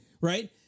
right